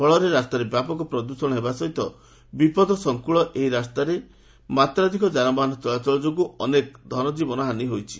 ଫଳରେ ରାସ୍ତାରେ ବ୍ୟାପକ ପ୍ରଦ୍ଷଣ ହେବା ସହିତ ବିପଦ ସଙ୍କୁଳ ଏହି ରାସ୍ତାରେ ମାତ୍ରାଥିକ ଯାନବାହାନ ଚଳାଚଳ ଯୋଗୁଁ ଅନେକ ଧନଜୀବନ ହାନି ହୋଇଛି